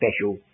special